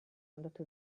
andato